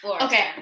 Okay